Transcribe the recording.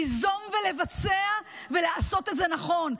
ליזום ולבצע ולעשות את זה נכון.